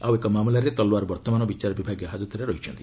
ଆଉ ଏକ ମାମଲାରେ ତଲୱାର ବର୍ତ୍ତମାନ ବିଚାରବିଭାଗୀୟ ହାଜତରେ ଅଛନ୍ତି